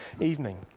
evening